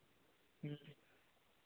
ᱦᱮᱸ